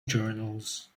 journals